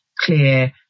clear